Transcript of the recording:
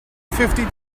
fifty